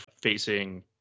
facing